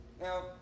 Now